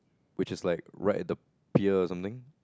which is like right at the pier or something